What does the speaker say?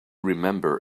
remember